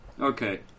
Okay